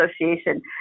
association